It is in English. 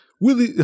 Willie